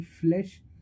flesh